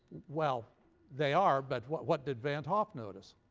well they are, but what what did van't hoff notice?